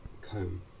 comb